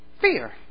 Fear